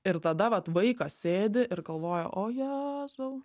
ir tada vat vaikas sėdi ir galvoja o jėzau